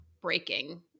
breaking